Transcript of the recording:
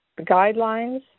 guidelines